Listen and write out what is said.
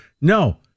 no